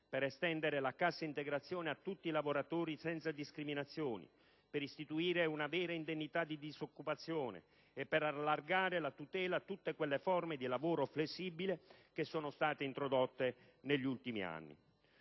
per estendere la cassa integrazione a tutti i lavoratori senza discriminazioni, per istituire una vera indennità di disoccupazione e per ampliare la tutela a tutte quelle forme di lavoro flessibile che sono state introdotte negli ultimi anni.